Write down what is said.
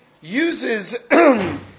uses